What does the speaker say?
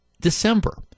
December